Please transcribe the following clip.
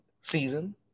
season